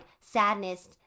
sadness